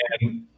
and-